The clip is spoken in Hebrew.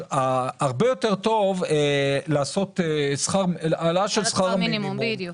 הרבה יותר טוב עשות העלאה של שכר מינימום.